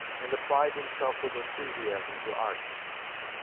and applied himself with enthusiasm to art.